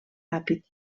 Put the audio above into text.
ràpid